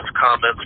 comments